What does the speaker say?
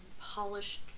polished